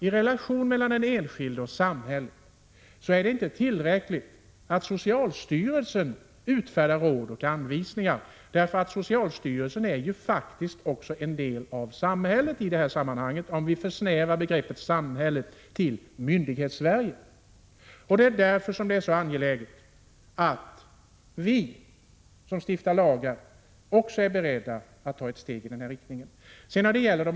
I relationerna mellan den enskilde och samhället är det inte tillräckligt att socialstyrelsen utfärdar råd och anvisningar. Socialstyrelsen är ju faktiskt en del av samhället, om vi försnävar begreppet samhälle till Myndighetssverige. Det är därför som det är angeläget att vi som stiftar lagar också är beredda att ta ett steg i denna riktning.